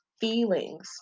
feelings